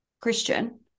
Christian